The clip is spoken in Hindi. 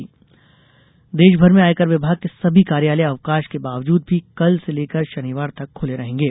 आयकर कार्यालय देशभर में आयकर विभाग के सभी कार्यालय अवकाश के बावजूद भी कल से लेकर शनिवार तक खूले रहेंगे